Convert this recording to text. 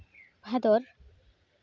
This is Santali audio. ᱵᱷᱟᱫᱚᱨ